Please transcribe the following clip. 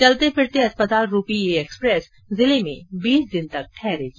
चलते फिरते अस्पताल रूपी यह एक्सप्रेस जिले में बीस दिन तक रहेगी